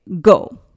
go